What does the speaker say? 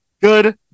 Good